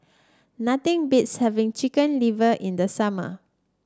nothing beats having Chicken Liver in the summer